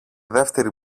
δεύτερη